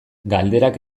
galderak